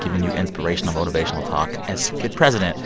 giving you inspirational, motivational talk as kid president.